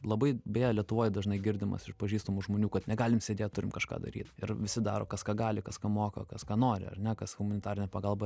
labai beje lietuvoj dažnai girdimas iš pažįstamų žmonių kad negalim sėdėt turim kažką daryt ir visi daro kas ką gali kas ką moka kas ką nori ar ne kas humanitarinę pagalbą